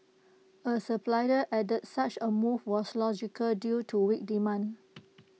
A supplier added such A move was logical due to weak demand